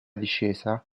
discesa